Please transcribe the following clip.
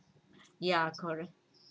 ya correct